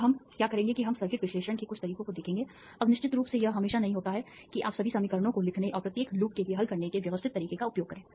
अब हम क्या करेंगे कि हम सर्किट विश्लेषण के कुछ तरीकों को देखेंगे अब निश्चित रूप से यह हमेशा नहीं होता है कि आप सभी समीकरणों को लिखने और प्रत्येक लूप के लिए हल करने के व्यवस्थित तरीके का उपयोग करें